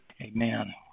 Amen